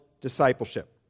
Discipleship